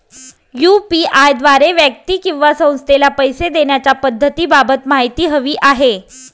UPI द्वारे व्यक्ती किंवा संस्थेला पैसे देण्याच्या पद्धतींबाबत माहिती हवी आहे